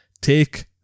take